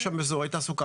יש שם אזורי תעסוקה,